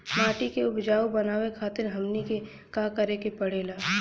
माटी के उपजाऊ बनावे खातिर हमनी के का करें के पढ़ेला?